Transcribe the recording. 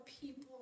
people